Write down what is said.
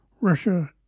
Russia